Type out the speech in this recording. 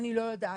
אני לא יודעת,